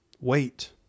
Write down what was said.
Wait